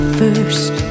first